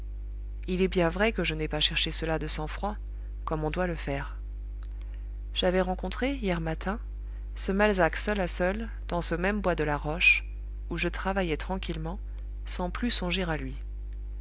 il est bien vrai que je n'ai pas cherché cela de sang-froid comme on doit le faire j'avais rencontré hier matin ce malzac seul à seul dans ce même bois de la roche où je travaillais tranquillement sans plus songer à lui